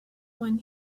when